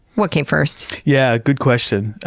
what came first? yeah, good question. ah,